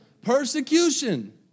persecution